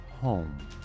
home